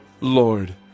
Lord